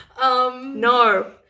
No